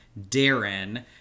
Darren